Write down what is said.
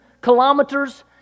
kilometers